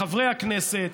לחברי הכנסת,